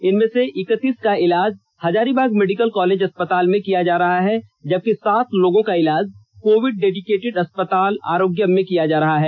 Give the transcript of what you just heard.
इनमें से इक्कतीस का इलाज हजारीबाग मेडिकल कॉलेज अस्पताल में किया जा रहा है जबकि सात लोगों का इलाज कोविड डेडिकेटेड अस्पताल आरोग्यम में किया जा रहा है